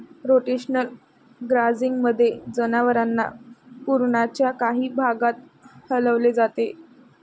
rotational ग्राझिंगमध्ये, जनावरांना कुरणाच्या काही भागात हलवले जाते